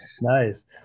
Nice